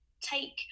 take